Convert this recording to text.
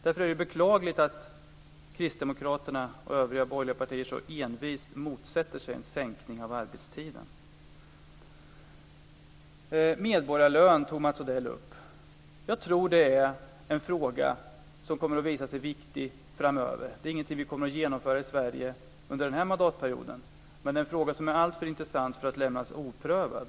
Därför är det beklagligt att Kristdemokraterna och övriga borgerliga partier så envist motsätter sig en sänkning av arbetstiden. Mats Odell tog upp frågan om medborgarlön. Jag tror att den frågan kommer att visa sig viktig framöver. Medborgarlön är inte något som vi kommer att genomföra i Sverige under den här mandatperioden men frågan är alltför intressant för att lämnas oprövad.